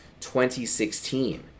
2016